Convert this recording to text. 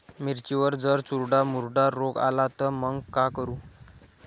मिर्चीवर जर चुर्डा मुर्डा रोग आला त मंग का करू?